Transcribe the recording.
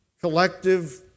collective